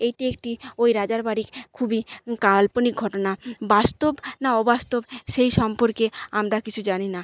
এটি একটি ওই রাজার বাড়ি খুবই কাল্পনিক ঘটনা বাস্তব না অবাস্তব সেই সম্পর্কে আমরা কিছু জানি না